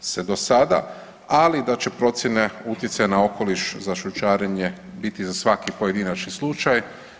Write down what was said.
se do sada, ali da će procijene utjecaja na okoliš za …/nerazumljivo/… biti za svaki pojedinačni slučaj.